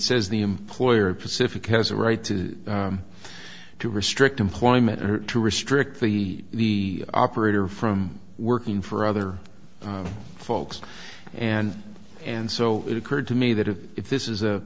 says the employer pacific has a right to to restrict employment or to restrict the operator from working for other folks and and so it occurred to me that if if this is